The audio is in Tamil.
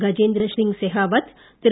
கஜேந்திரசிங் ஷெகாவத் திரு